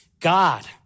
God